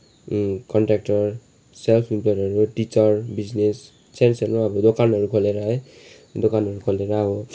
contractor self इम्प्लोयडहरू teacher business सानो सानो अब दोकानहरू खोलेर है दोकानहरू खोलेर अब